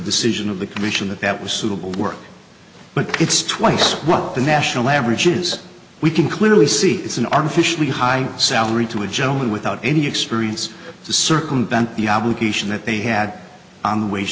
decision of the commission that that was suitable work but it's twice what the national average is we can clearly see it's an artificially high salary to a gentleman without any experience to circumvent the obligation that they had on